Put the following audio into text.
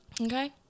Okay